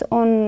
on